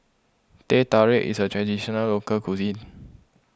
Teh Tarik is a Traditional Local Cuisine